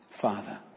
Father